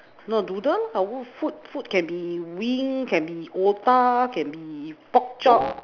not noodle lah food food can be wings can be otah can be pork chop